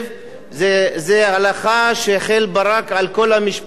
זו הלכה שהחיל ברק על כל המשפט הישראלי.